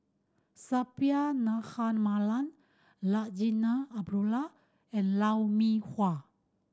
Suppiah Dhanabalan Larinah Abdullah and Lou Mee Wah